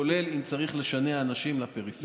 כולל אם צריך לשנע אנשים לפריפריה.